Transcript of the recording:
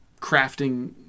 crafting